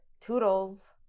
toodles